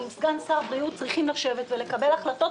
ועם סגן שר בריאות צריכים לשבת ולקבל החלטות,